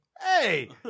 hey